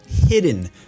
hidden